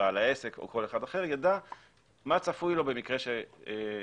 בעל העסק או כל אחד אחר יידע מה צפוי לו במקרה שהוא